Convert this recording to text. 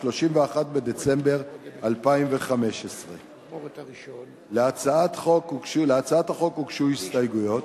31 בדצמבר 2015. להצעת החוק הוגשו הסתייגויות.